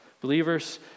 Believers